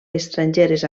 estrangeres